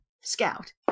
scout